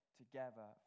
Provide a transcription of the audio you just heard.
together